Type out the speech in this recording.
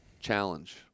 challenge